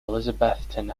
elizabethton